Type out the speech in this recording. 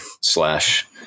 slash